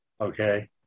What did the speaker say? okay